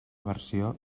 versió